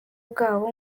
bwabo